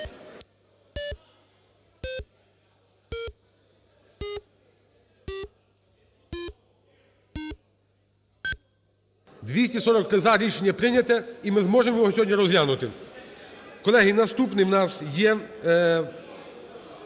За-243 Рішення прийнято. І ми зможемо його сьогодні розглянути. Колеги, наступний у нас є